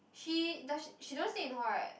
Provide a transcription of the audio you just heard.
he does she don't stay in hall right